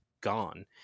gone